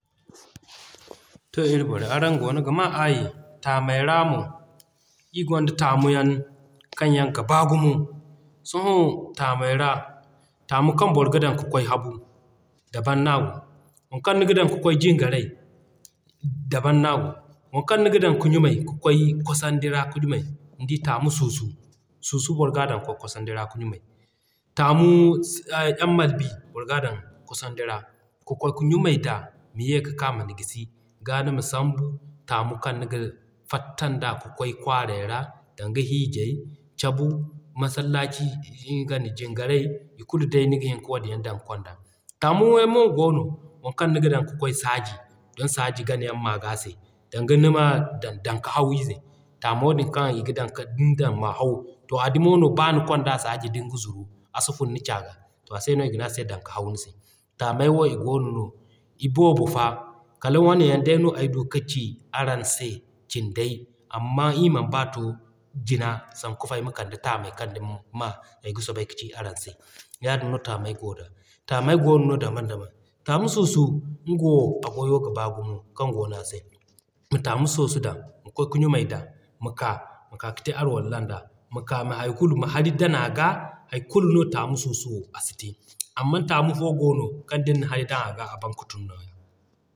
To ir borey araŋ goono ga maa aayi. Taamey ra mo, ii gonda Taamu yaŋ kaŋ yaŋ ga baa gumo. Sohõ Taamey ra, Taamu kaŋ boro ga dan ka kwaay Habu daban no a goo, wo kaŋ niga dan ka kwaay Jingarey daban no a goo, wo kaŋ niga dan ka ɲumay ka kwaay kosandi ra ka ɲumay ni di Taamu suusu, suusu boro g'a dan ka kwaay kosandi ra ka ɲumay, Taamu boro g'a dan kosandi ra ka kwaay ka ɲumay da ma ye ka k'a man gisi g'a nima sambu taamu kaŋ niga fattan d'a ka kwaay kwaarey ra danga Hiijay, Cabu, Masallaci nga Jingarey i kulu day niga hin ka wadin yaŋ dan kond'a. Taamu yaŋ mo goono, waŋ kaŋ niga dan ka kwaay Saaji don saaji gana yaŋ m'a g'a se. Danga nima dan dan ka haw ize. Taamo din kaŋ i ga dan ka din na dan m'a haw. To a dumo no b'a ni konda Saaji din ga zuru, a si funu ni C'a g'a. To a se no i ga ne ase Dan ka haw ize. Taamey wo i goono i boobo fa, kala wane yaŋ no ay du ka ci araŋ se cindey. Amman ii man b'a to jina sanku fa ayma kande taamey kaŋ duma ay ga soobay ka ci araŋ se. Yaadin no Taamey goo da, Taamey goono daban daban. Taamu sunsu nga wo a gwayo ga baa gumo kaŋ goono a se. Ma Taamu sunsu dan ka ɲumay da ma ka ma ka kate alwalan d'a, ma ka ma hay kulu ma hari dan aga, hay kulu no Taamu suusu a si te. Amman taamu fo goono kaŋ din na hari dan aga, a baŋ ka tunu nooya.